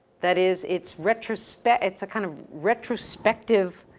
that is, it's retrospect, it's a kind of retrospective,